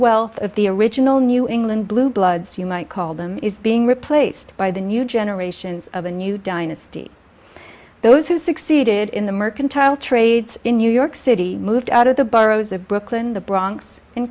wealth of the original new england blue bloods you might call them is being replaced by the new generation of a new dynasty those who succeeded in the mercantile trades in new york city moved out of the boroughs of brooklyn the bronx in